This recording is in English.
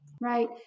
Right